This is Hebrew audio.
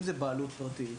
אם זוהי בעלות פרטית,